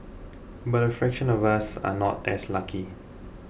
but a fraction of us are not as lucky